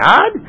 God